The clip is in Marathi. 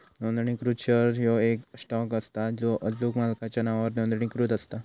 नोंदणीकृत शेअर ह्यो येक स्टॉक असता जो अचूक मालकाच्या नावावर नोंदणीकृत असता